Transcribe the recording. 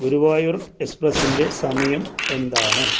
ഗുരുവായൂർ എസ്പ്രസ്സിൻ്റെ സമയം എന്താണ്